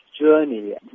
journey